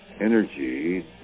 energy